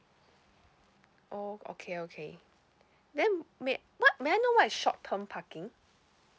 oh okay okay then may what may I know what is short term parking